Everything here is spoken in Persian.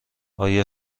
آیا